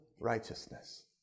righteousness